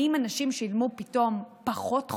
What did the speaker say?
האם אנשים שילמו פתאום פחות חובות?